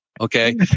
Okay